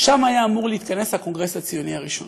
היה אמור להתכנס הקונגרס הציוני הראשון.